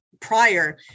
prior